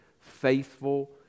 faithful